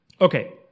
Okay